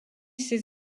ses